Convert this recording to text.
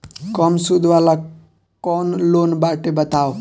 कम सूद वाला कौन लोन बाटे बताव?